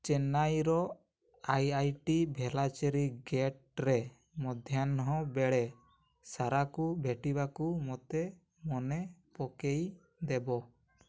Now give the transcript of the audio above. ଚେନ୍ନାଇର I I T Velachery ଗେଟ୍ରେ ମଧ୍ୟାହ୍ନ ବେଳେ ସାରାକୁ ଭେଟିବାକୁ ମୋତେ ମନେ ପକେଇଦେବ